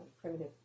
primitive